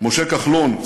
משה כחלון,